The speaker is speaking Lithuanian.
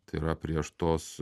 tai yra prieš tos